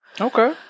okay